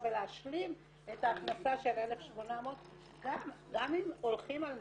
ולהשלים את ההכנסה של 1,800. גם אם הולכים על נכות,